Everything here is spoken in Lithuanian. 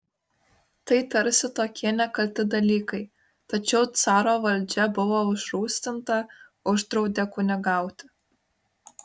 tai tarsi tokie nekalti dalykai tačiau caro valdžia buvo užrūstinta uždraudė kunigauti